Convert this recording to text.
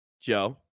Joe